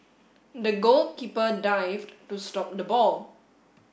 the goalkeeper dived to stop the ball